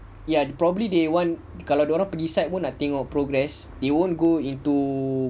ya probably they want kalau dia orang pergi site pun nak tengok progress you won't go into